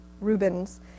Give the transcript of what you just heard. Rubens